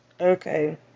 Okay